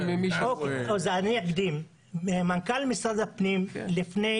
אז אני אקדים: מנכ"ל משרד הפנים, לפני